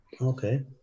okay